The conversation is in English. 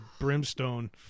brimstone